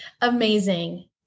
amazing